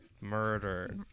Murder